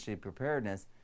preparedness